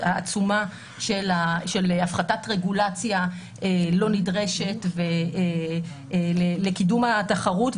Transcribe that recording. העצומה של הפחתת רגולציה לא נדרשת ולקידום התחרות,